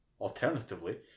alternatively